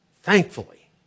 Thankfully